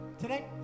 today